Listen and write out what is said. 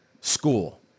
school